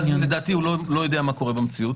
לדעתי הוא לא יודע מה קורה במציאות.